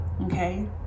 Okay